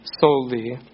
solely